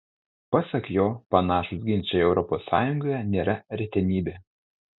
pasak jo panašūs ginčai europos sąjungoje nėra retenybė